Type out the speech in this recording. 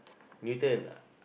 Newton